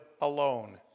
alone